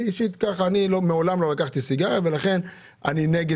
אני מעולם לא לקחתי סיגריה ולכן אני נגד